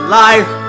life